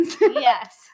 Yes